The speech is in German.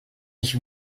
ich